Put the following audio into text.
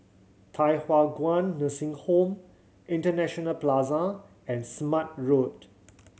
Thye Hua Kwan Nursing Home International Plaza and Smart Road